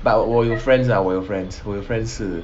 but 我有 friends lah 我有 friends 我有 friends 是